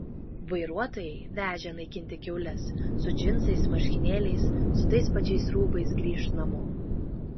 vairuotojai vežę naikinti kiaules su džinsais marškinėliais su tais pačiais rūbais grįš namo